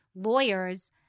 lawyers